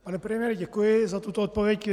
Pane premiére, děkuji za tuto odpověď.